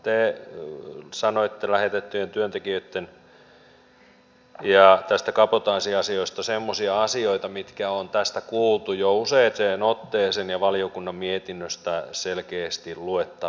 te sanoitte lähetetyistä työntekijöistä ja tästä kabotaasiasioista semmoisia asioita mitkä on tässä kuultu jo useaan otteeseen ja mitkä ovat valiokunnan mietinnöstä selkeästi luettavissa